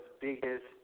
biggest